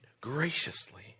graciously